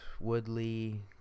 Woodley